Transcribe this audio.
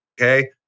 Okay